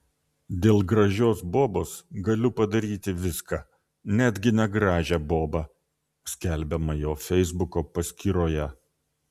dėl gražios bobos galiu padaryti viską netgi negražią bobą skelbiama jo feisbuko paskyroje